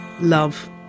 love